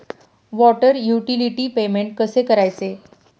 Water utility payment कसे करायचे?